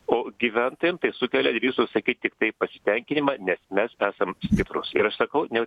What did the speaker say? o gyventojam tai sukelia drįstu sakyt tiktai pasitenkinimą nes mes esam stiprūs ir aš sakau ne